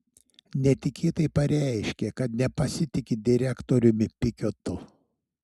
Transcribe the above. netikėtai pareiškė kad nepasitiki direktoriumi pikiotu